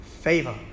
favor